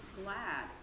glad